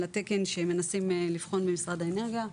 על התקן שמנסים לבחון במשרד האנרגיה.